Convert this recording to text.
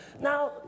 Now